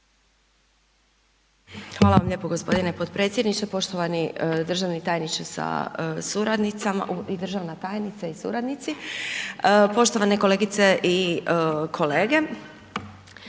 Hvala vam lijepo gospodine potpredsjedniče. Poštovani državni tajniče sa suradnicama i državna tajnica i suradnici, poštovane kolegice i kolege,